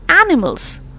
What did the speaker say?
animals